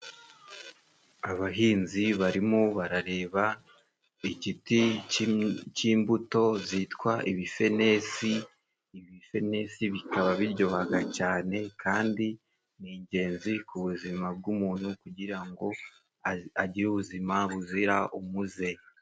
Abahinzi barimo barareba igiti cy'imbuto zitwa ibifenesi, ibisenesi bikaba biryohaga cyane, kandi ni ingenzi ku buzima bw'umuntu kugira ngo agire ubuzima buzira umuze.